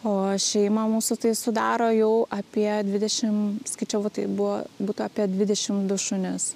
o šeimą mūsų tai sudaro jau apie dvidešim skaičiavau tai buvo būtų apie dvidešim du šunis